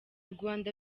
rwanda